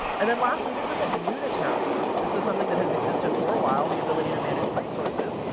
and then lastly, this isn't new to terraform, this is something that has existed for a while the ability to manage resources.